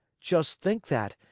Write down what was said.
just think that,